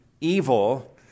evil